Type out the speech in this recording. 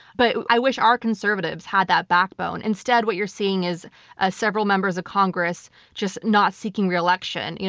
but i wish our conservatives had that backbone. instead, what you're seeing is ah several members of congress just not seeking reelection. you know